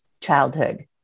childhood